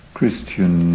Christian